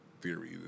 theory